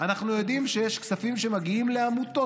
אנחנו יודעים שיש כספים שמגיעים לעמותות